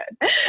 good